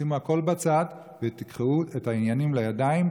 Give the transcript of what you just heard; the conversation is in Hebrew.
שימו הכול בצד ותיקחו את העניינים לידיים,